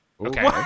Okay